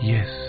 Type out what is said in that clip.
Yes